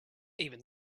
even